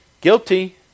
Guilty